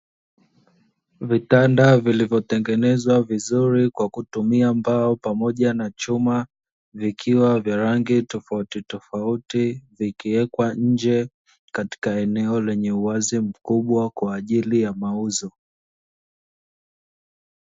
Vitanda vilivyotengenezwa vizuri kwa kutumia mbao pamoja na chuma, vikiwa vya rangi tofautitofauti; vikiwekwa nje katika eneo lenye uwazi mkubwa kwa ajili ya mauzo.